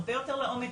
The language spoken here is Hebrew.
הרבה יותר לעומק,